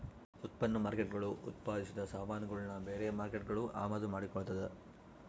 ಉತ್ಪನ್ನ ಮಾರ್ಕೇಟ್ಗುಳು ಉತ್ಪಾದಿಸಿದ ಸಾಮಾನುಗುಳ್ನ ಬೇರೆ ಮಾರ್ಕೇಟ್ಗುಳು ಅಮಾದು ಮಾಡಿಕೊಳ್ತದ